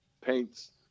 paints –